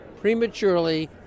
prematurely